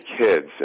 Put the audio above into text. kids